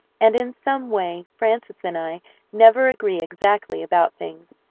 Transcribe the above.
and in some way frances and i never agree exactly about things,